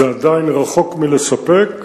זה עדיין רחוק מלספק,